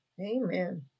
Amen